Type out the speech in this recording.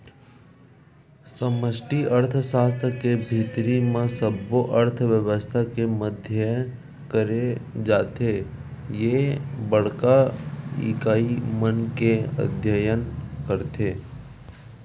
समस्टि अर्थसास्त्र के भीतरी म सब्बो अर्थबेवस्था के अध्ययन करे जाथे ते बड़का इकाई मन के अध्ययन करथे